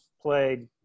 played